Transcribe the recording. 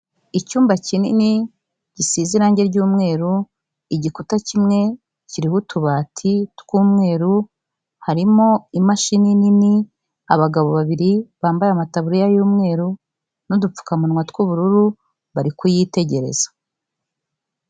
Icyumba kinini gisize irangi ry'umweru, igikuta kimwe kiriho utubati tw'umweru, harimo imashini nini, abagabo babiri bambaye amataburiya y'umweru n'udupfukamunwa tw'ubururu, bari kuyitegereza.